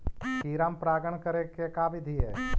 खिरा मे परागण करे के का बिधि है?